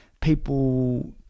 people